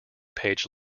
page